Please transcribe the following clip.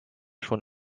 schon